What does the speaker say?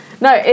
No